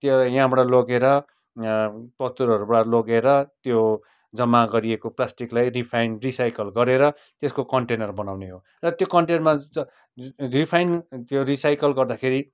त्यो यहाँबाट लगेर पत्रुहरूबाट लगेर त्यो जम्मा गरिएको प्लास्टिकलाई रिफाइन रिसाइकल गरेर त्यसको कन्टेनर बनाउने हो र त्यो कन्टेनरमा ज रिफाइन त्यो रिसाइकल गर्दाखेरि